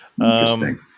Interesting